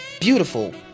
Beautiful